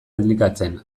elikatzen